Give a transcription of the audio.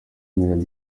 melody